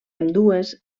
ambdues